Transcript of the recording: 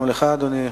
גם לך, אדוני,